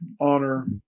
honor